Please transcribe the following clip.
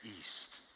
east